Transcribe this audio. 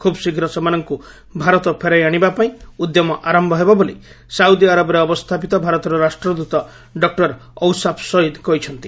ଖୁବ୍ ଶୀଘ୍ର ସେମାନଙ୍କୁ ଭାରତ ଫେରାଇ ଆଣିବା ପାଇଁ ଉଦ୍ୟମ ଆରମ୍ଭ ହେବ ବୋଲି ସାଉଦି ଆରବରେ ଅବସ୍ଥାପିତ ଭାରତର ରାଷ୍ଟ୍ରଦୂତ ଡକୁର ଔସାପ୍ ସଇଦ୍ କହିଛନ୍ତି